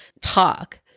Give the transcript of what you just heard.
talk